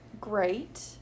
great